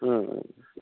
ம்